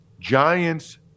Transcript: Giants